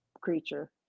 creature